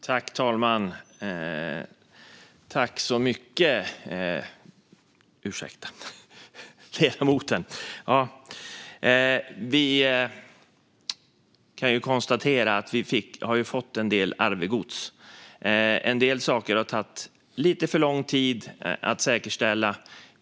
Fru talman! Vi kan konstatera att vi har fått en del arvegods. En del saker har tagit lite för lång tid att säkerställa.